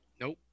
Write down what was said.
Nope